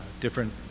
different